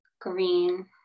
green